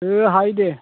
ओ हायो दे